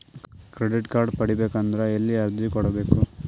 Credit card ಪಡಿಬೇಕು ಅಂದ್ರ ಎಲ್ಲಿ ಅರ್ಜಿ ಕೊಡಬೇಕು?